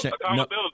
Accountability